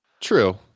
true